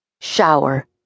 Shower